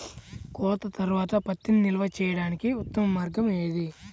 కోత తర్వాత పత్తిని నిల్వ చేయడానికి ఉత్తమ మార్గం ఏది?